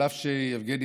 יבגני,